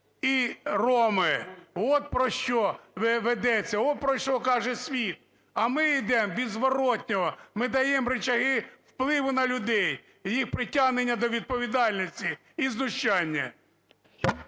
і роми. От про що ведеться, от про що каже світ. А ми йдемо без зворотного, ми даємо ричаги впливу на людей і їх притягнення до відповідальності, і знущання.